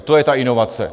To je ta inovace!